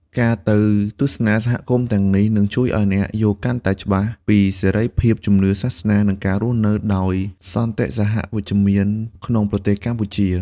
ការទៅទស្សនាសហគមន៍ទាំងនេះ នឹងជួយឱ្យអ្នកយល់កាន់តែច្បាស់ពីសេរីភាពជំនឿសាសនា និងការរស់នៅដោយសន្តិសហវិជ្ជមានក្នុងប្រទេសកម្ពុជា។